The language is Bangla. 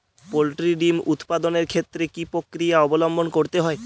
পোল্ট্রি ডিম উৎপাদনের ক্ষেত্রে কি পক্রিয়া অবলম্বন করতে হয়?